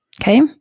Okay